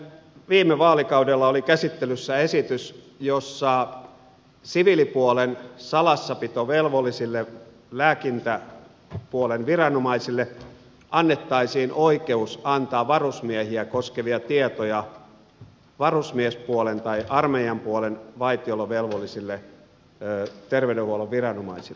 nimittäin viime vaalikaudella oli käsittelyssä esitys jossa siviilipuolen salassapitovelvollisille lääkintäpuolen viranomaisille annettaisiin oikeus antaa varusmiehiä koskevia tietoja varusmiespuolen tai armeijan puolen vaitiolovelvollisille terveydenhuollon viranomaisille